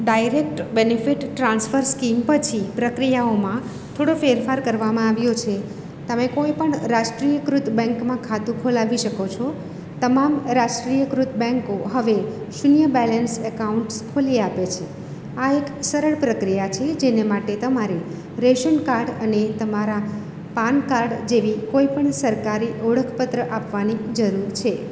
direct benefit transfer scheme પછી પ્રક્રિયાઓમાં થોડો ફેરફાર કરવામાં આવ્યો છે તમે કોઈપણ રાષ્ટ્રીયકૃત બેંકમાં ખાતું ખોલાવી શકો છો તમામ રાષ્ટ્રીયકૃત બેન્કો હવે શૂન્ય બેલેન્સ એકાઉન્ટ્સ ખોલી આપે છે આ એક સરળ પ્રક્રિયા છે જેને માટે તમારે રેશન કાર્ડ અને તમારા પાન કાર્ડ જેવી કોઈપણ સરકારી ઓળખપત્ર આપવાની જરૂર છે